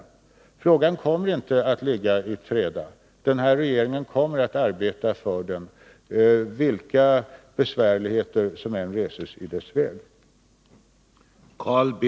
Frågan kommer inte att ligga i träda. Den här regeringen kommer att arbeta för den vilka besvärligheter som än reses i dess väg. «I